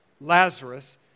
Lazarus